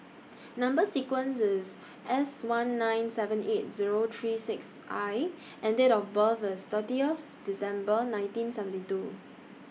Number sequence IS S one nine seven eight Zero three six I and Date of birth IS thirtieth December nineteen seventy two